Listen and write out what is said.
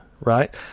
right